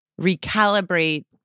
recalibrate